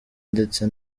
ndetse